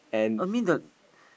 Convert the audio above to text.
I mean the